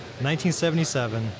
1977